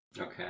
Okay